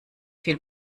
viel